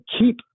keep